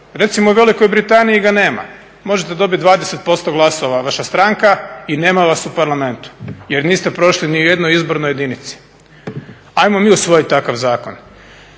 Recimo u Velikoj Britaniji ga nema. Možete dobiti 20% glasova, vaša stranka, i nema vas u Parlamentu jer niste prošli ni u jednoj izbornoj jedinici. Ajmo mi usvojiti takav zakon.